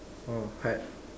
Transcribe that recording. orh hard